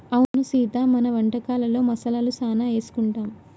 అవును సీత మన వంటకాలలో మసాలాలు సానా ఏసుకుంటాం